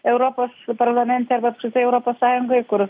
europos parlamente arba apskritai europos sąjungoj kur